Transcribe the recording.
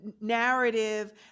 narrative